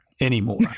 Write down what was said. anymore